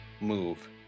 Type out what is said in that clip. move